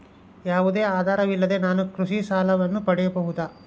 ಯಾವುದೇ ಆಧಾರವಿಲ್ಲದೆ ನಾನು ಕೃಷಿ ಸಾಲವನ್ನು ಪಡೆಯಬಹುದಾ?